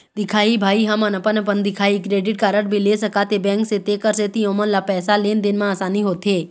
दिखाही भाई हमन अपन अपन दिखाही क्रेडिट कारड भी ले सकाथे बैंक से तेकर सेंथी ओमन ला पैसा लेन देन मा आसानी होथे?